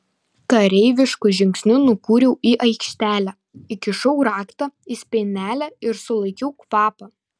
kareivišku žingsniu nukūriau į aikštelę įkišau raktą į spynelę ir sulaikiau kvapą